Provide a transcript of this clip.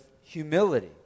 humility